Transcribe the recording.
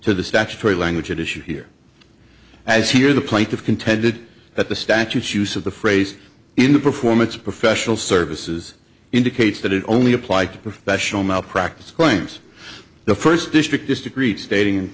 to the statutory language at issue here as here the plaintiff contended that the statutes use of the phrase in the performance of professional services indicates that it only applied to professional malpractise claims the first district is to preach stating